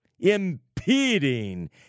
Impeding